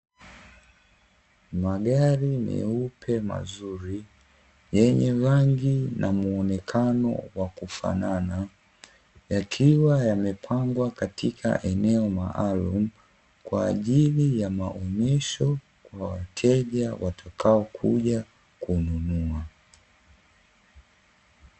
Magari meupe mazuri, yenye rangi na muonekano wa kufanana, yakiwa yamepangwa katika eneo maalumu, kwa ajili ya maonesho kwa wateja watakao kuja kununua.